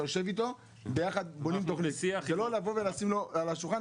אתה יושב איתו וביחד אתם בונים תכנית ולא לבוא ולשים לו על השולחן,